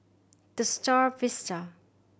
The Star Vista